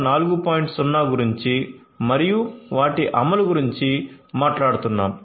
0 గురించి మరియు వాటి అమలు గురించి మాట్లాడుతున్నాము